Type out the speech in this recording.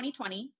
2020